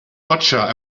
gotcha